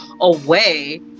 away